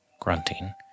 grunting